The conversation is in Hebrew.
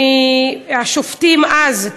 השופטים אז,